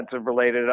related